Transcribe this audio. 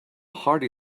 hearty